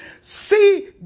See